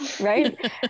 Right